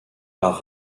par